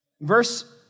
Verse